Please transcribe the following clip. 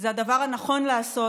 זה הדבר הנכון לעשות,